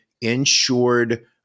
insured